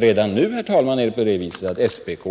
Redan nu, herr talman, hanterar SPK